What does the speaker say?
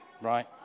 right